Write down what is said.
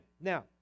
Now